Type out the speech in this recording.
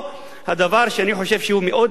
דבר שאני חושב שהוא מאוד לגיטימי,